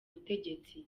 butegetsi